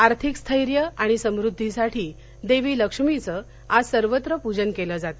आर्थिक स्थैर्य आणि समृद्धीसाठी देवी लक्ष्मीचं आज सर्वत्र पूजन केलं जात